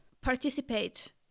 participate